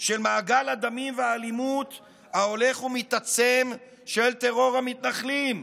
של מעגל הדמים והאלימות ההולך ומתעצם של טרור המתנחלים,